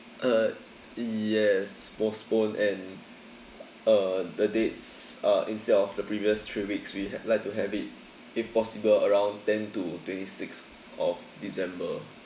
uh yes postpone and uh the dates uh instead of the previous three weeks we like to have it if possible around ten to twenty six of december